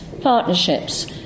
partnerships